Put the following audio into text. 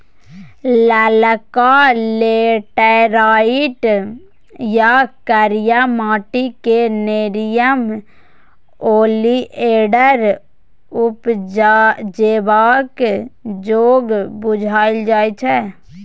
ललका लेटैराइट या करिया माटि क़ेँ नेरियम ओलिएंडर उपजेबाक जोग बुझल जाइ छै